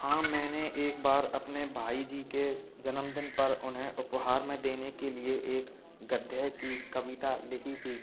हाँ मैंने एक बार अपने भाई जी के जन्मदिन पर उन्हें उपहार में देने के लिए एक गद्य की कविता लिखी थी